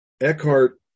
Eckhart